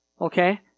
Okay